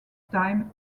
time